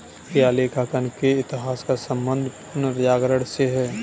क्या लेखांकन के इतिहास का संबंध पुनर्जागरण से है?